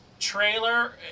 trailer